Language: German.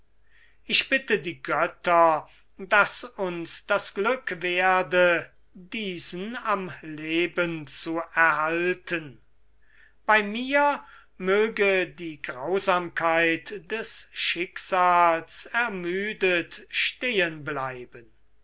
ich bitte die götter daß uns das glück werde diesen am leben zu erhalten bei mir möge die grausamkeit des schicksals ermüdet